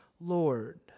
Lord